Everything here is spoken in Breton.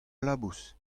labous